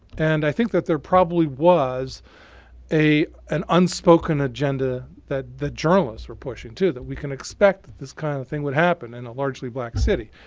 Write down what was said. and i think that there probably was an unspoken agenda that the journalists were pushing too, that we can expect that this kind of thing would happen in a largely black city.